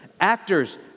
actors